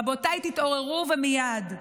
רבותיי, תתעוררו, ומייד.